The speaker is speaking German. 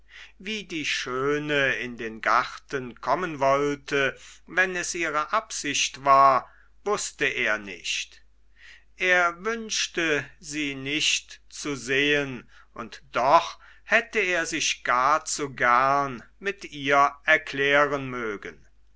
wie die schöne in den garten kommen wollte wenn es ihre absicht war wußte er nicht er wünschte sie nicht zu sehen und doch hätte er sich gar zu gern mit ihr erklären mögen